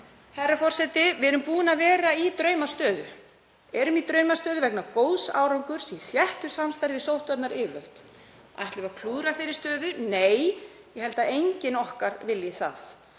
Herra forseti. Við erum búin að vera í draumastöðu og erum í draumastöðu vegna góðs árangurs í þéttu samstarfi við sóttvarnayfirvöld. Ætlum við að klúðra þeirri stöðu? Nei, ég held að enginn okkar vilji það.